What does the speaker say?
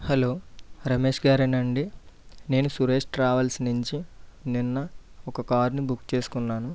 hello Ramesh గారేనా అండి నేను సురేష్ ట్రావెల్స్ నుంచి నిన్న ఒక కార్ను బుక్ చేసుకున్నాను